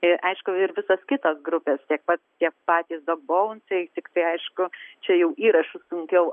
ir aišku ir visos kitos grupės tiek pat tiek patys dogbonsai tiktai aišku čia jau įrašus sunkiau